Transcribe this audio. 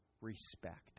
respect